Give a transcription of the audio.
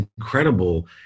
incredible